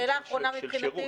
שאלה אחרונה מבחינתי: